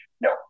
no